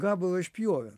gabalą išpjovė